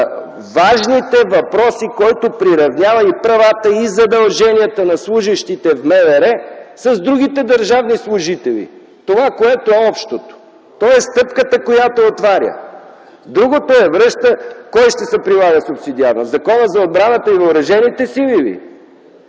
важните въпроси, който приравнява и правата, и задълженията на служещите в МВР с другите държавни служители – това, което е общото. То е стъпката, която отваря. Кой ще се прилага субсидиарно – Законът за отбраната и въоръжените сили